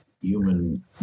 human